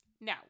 Now